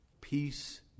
Peace